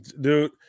Dude